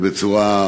בצורה,